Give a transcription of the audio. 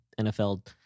NFL